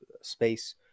space